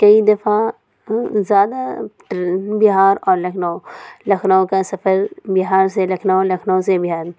کئی دفعہ زیادہ بہار اور لکھنؤ لکھنؤ کا سفر بہار سے لکھنؤ لکھنؤ سے بہار